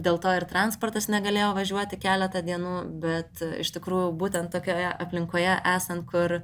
dėl to ir transportas negalėjo važiuoti keletą dienų bet iš tikrųjų būtent tokioje aplinkoje esant kur